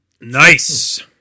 nice